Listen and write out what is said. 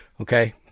okay